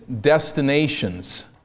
destinations